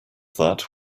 that